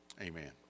amen